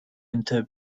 into